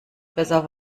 besser